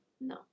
No